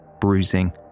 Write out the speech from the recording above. bruising